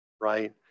right